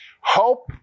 Hope